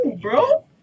bro